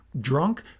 drunk